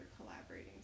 collaborating